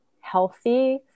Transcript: healthy